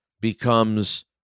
becomes